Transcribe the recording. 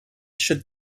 should